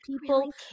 people